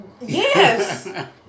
Yes